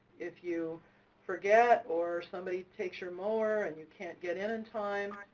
if you forget, or somebody takes your mower and you can't get in in time,